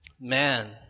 man